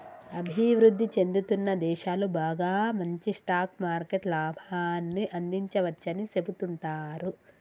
అభివృద్ధి చెందుతున్న దేశాలు బాగా మంచి స్టాక్ మార్కెట్ లాభాన్ని అందించవచ్చని సెబుతుంటారు